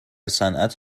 صنعت